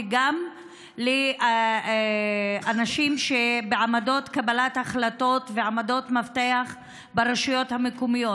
וגם לאנשים שבעמדות קבלת החלטות ועמדות מפתח ברשויות המקומיות.